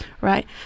right